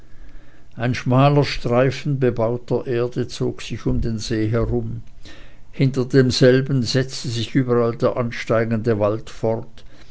ein schmaler streifen bebauter erde zog sich um den see herum hinter demselben setzte sich überall der ansteigende wald fort